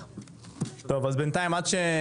היה דיון כזה,